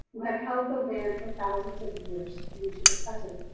who have held the land for thousands of years into the present.